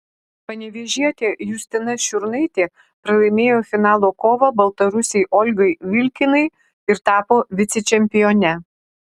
panevėžietė justina šiurnaitė pralaimėjo finalo kovą baltarusei olgai vilkinai ir tapo vicečempione